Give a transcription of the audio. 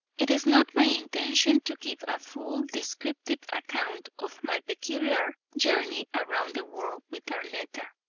it is not my intention to give a full descriptive account of my peculiar journey around the world with arletta,